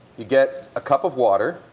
you get a cup of water